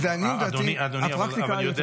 ולעניות דעתי הפרקטיקה --- אבל אדוני